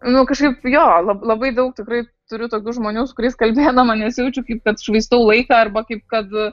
nu kažkaip jo la labai daug tikrai turiu tokių žmonių su kuriais kalbėdama nesijaučiu kaip kad švaistau laiką arba kaip kad